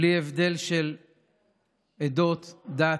בלי הבדל של עדות, דת.